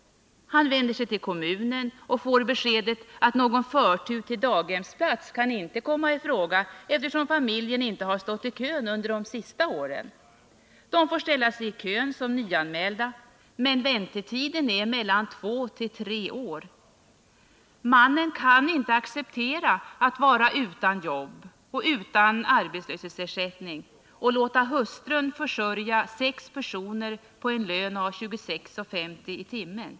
Han vänder sig till kommunen och får beskedet att någon förtur till daghemsplats inte kan komma i fråga, eftersom familjen inte har stått i kön under de senaste åren. De får ställa sig i kön som nyanmälda, men väntetiden är mellan två och tre år. Mannen kan inte acceptera att vara utan jobb och arbetslöshetsersättning och låta hustrun försörja sex personer på en lön på 26:50 kr. per timme.